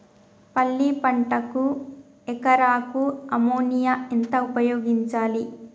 పల్లి పంటకు ఎకరాకు అమోనియా ఎంత ఉపయోగించాలి?